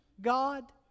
God